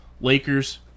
Lakers